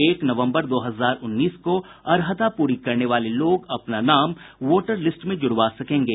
एक नवम्बर दो हजार उन्नीस को अर्हता पूरी करने वाले लोग अपना नाम वोटर लिस्ट में जुड़वा सकेंगे